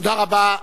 תודה רבה.